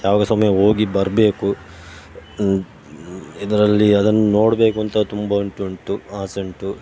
ಯಾವಾಗ ಸಹ ಒಮ್ಮೆ ಹೋಗಿ ಬರಬೇಕು ಇದರಲ್ಲಿ ಅದನ್ನು ನೋಡಬೇಕು ಅಂತ ತುಂಬ ಉಂಟು ಉಂಟು ಆಸೆ ಉಂಟು